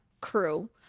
crew